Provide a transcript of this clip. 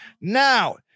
now